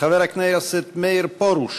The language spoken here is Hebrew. חבר הכנסת מאיר פרוש